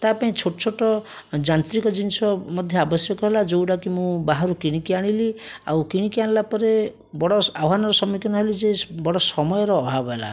ତା ପାଇଁ ଛୋଟ ଛୋଟ ଯାନ୍ତ୍ରିକ ଜିନିଷ ମଧ୍ୟ ଆବଶ୍ୟକ ହେଲା ଯେଉଁ ଗୁଡ଼ାକ ମୁଁ ବାହାରୁ କିଣିକି ଆଣିଲି ଆଉ କିଣିକି ଆଣିଲା ପରେ ବଡ଼ ଆହ୍ୱାନର ସମ୍ମୁଖୀନ ହେଲି ଯେ ବଡ଼ ସମୟର ଅଭାବ ହେଲା